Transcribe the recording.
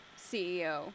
CEO